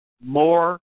more